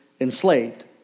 enslaved